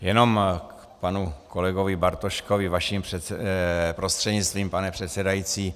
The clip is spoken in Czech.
Jenom k panu kolegovi Bartoškovi vaším prostřednictvím, pane předsedající.